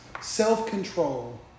self-control